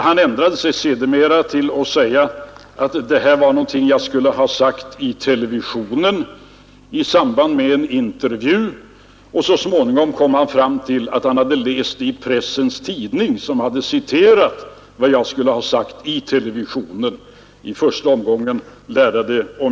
Han ändrade sig sedermera och sade att det var någonting jag skulle ha sagt i televisionen i samband med en intervju. Så småningom kom han fram till att han hade läst det i Pressens Tidning, som hade citerat vad jag skulle ha sagt i televisionen.